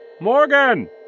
Morgan